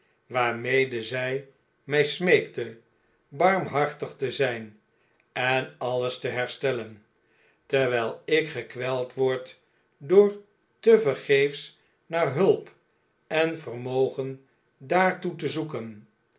waarmede zy mi smeekte barmhartig te zyn en alles te herstellen terwyl ik gekweld word door tevergeefs naar hulp en vermogen daartoe te zoeken